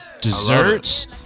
Desserts